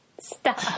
Stop